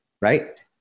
right